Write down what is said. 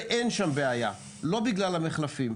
ואין שם בעיה ולא בגלל המחלפים.